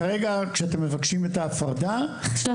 כשאתם מבקשים את ההפרדה --- (אומרת דברים בשפת הסימנים,